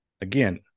Again